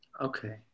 Okay